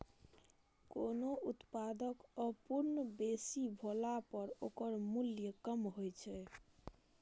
कोनो उत्पादक आपूर्ति बेसी भेला पर ओकर मूल्य कम होइ छै